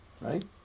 right